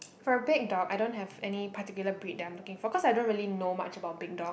for a big dog I don't have any particular breed that I'm looking for cause I don't really know much about big dog